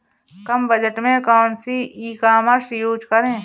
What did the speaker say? कम budget में कौन सी ई कॉमर्स यूज़ करें?